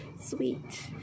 sweet